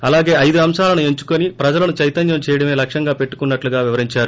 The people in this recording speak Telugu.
అలాగే ఐదు అంశాలను ఎంచుకుని ప్రజలను చైతన్యం చేయడమే లక్ష్యంగా పెట్టుకున్నట్లుగా వివరించారు